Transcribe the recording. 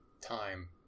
Time